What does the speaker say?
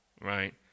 right